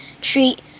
treat